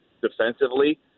defensively